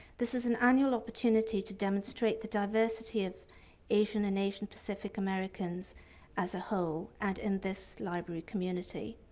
this is an annual opportunity to demonstrate the diversity of asian and asian-pacific americans as a whole and in this library community.